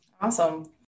Awesome